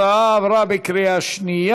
הצעת חוק מוסר תשלומים לספקים,